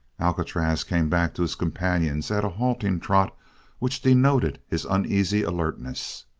alcatraz came back to his companions at a halting trot which denoted his uneasy alertness.